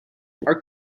our